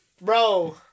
bro